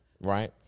Right